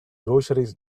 groceries